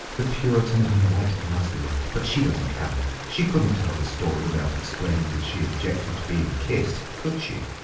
the puritan in white muslin, but she doesn't count. she couldn't tell the story without explaining that she objected to being kissed, could she?